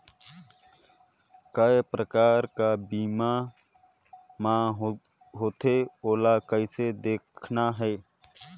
काय प्रकार कर बीमा मा होथे? ओला कइसे देखना है?